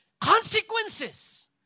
consequences